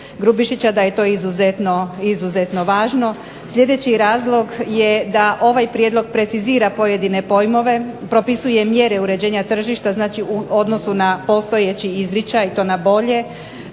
Grubišića da je to izuzetno važno. Sljedeći razlog je da ovaj prijedlog precizira pojedine pojmove, propisuje mjere uređenja tržišta, znači u odnosu na postojeći izričaj i to na bolje.